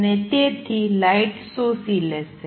અને તેથી લાઇટ શોષી લેશે